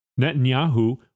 Netanyahu